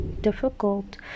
difficult